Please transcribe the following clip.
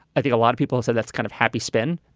i think a lot of people said that's kind of happy spin.